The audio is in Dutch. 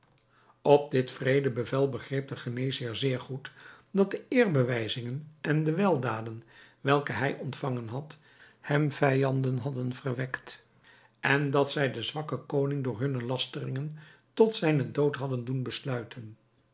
op dit wreede bevel begreep de geneesheer zeer goed dat de eerbewijzingen en de weldaden welke hij ontvangen had hem vijanden hadden verwekt en dat zij den zwakken koning door hunne lasteringen tot zijnen dood hadden doen besluiten